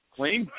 Clean